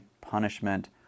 punishment